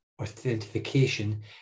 authentication